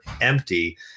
empty